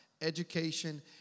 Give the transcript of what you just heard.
education